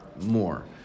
more